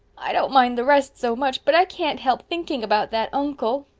i don't mind the rest so much but i can't help thinking about that uncle.